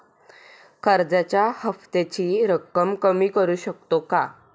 कर्जाच्या हफ्त्याची रक्कम कमी करू शकतो का?